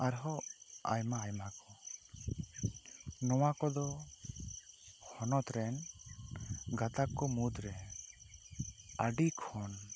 ᱟᱨᱦᱚᱸ ᱟᱭᱢᱟ ᱟᱭᱢᱟ ᱠᱚ ᱱᱚᱣᱟ ᱠᱚᱫᱚ ᱦᱚᱱᱚᱛᱨᱮᱱ ᱜᱟᱛᱟᱠᱚ ᱢᱩᱫᱽᱨᱮ ᱟᱹᱰᱤ ᱠᱷᱚᱱ